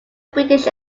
british